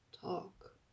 talk